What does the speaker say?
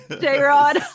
J-Rod